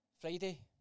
Friday